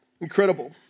Incredible